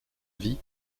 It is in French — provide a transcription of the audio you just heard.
vie